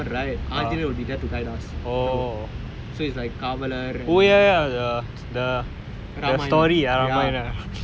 Ramar's devotees is Anjaneyar so whenever we split to Ramar right Anjaneyar will be here to guide us through so it's like kavalar and